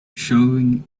showing